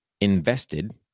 invested